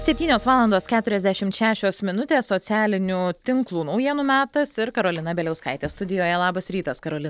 septynios valandos keturiasdešimt šešios minutės socialinių tinklų naujienų metas ir karolina bieliauskaitė studijoje labas rytas karolina